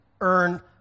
earn